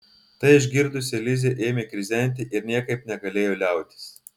tai išgirdusi lizė ėmė krizenti ir niekaip negalėjo liautis